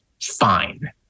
fine